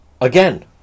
again